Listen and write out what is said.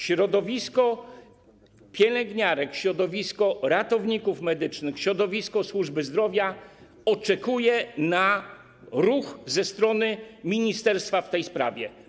Środowisko pielęgniarek, środowisko ratowników medycznych, środowisko służby zdrowia oczekuje na ruch ze strony ministerstwa w tej sprawie.